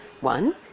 One